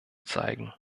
zeigen